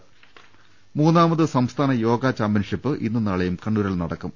ദർവ്വെടു മൂന്നാമത് സംസ്ഥാന യോഗ ചാമ്പ്യൻഷിപ്പ് ഇന്നും നാളെയും കണ്ണൂ രിൽ നടക്കും